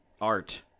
art